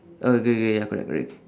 okay K ya correct correct